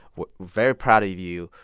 we're very proud of you.